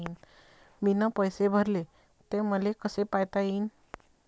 मीन पैसे भरले, ते मले कसे पायता येईन?